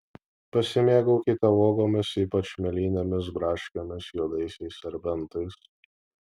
pasimėgaukite uogomis ypač mėlynėmis braškėmis juodaisiais serbentais